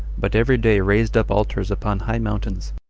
but every day raised up altars upon high mountains,